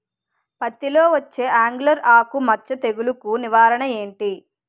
పత్తి లో వచ్చే ఆంగులర్ ఆకు మచ్చ తెగులు కు నివారణ ఎంటి?